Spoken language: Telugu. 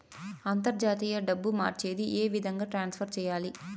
అంతర్జాతీయ డబ్బు మార్చేది? ఏ విధంగా ట్రాన్స్ఫర్ సేయాలి?